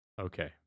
Okay